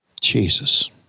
Jesus